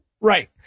Right